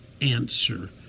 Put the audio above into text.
answer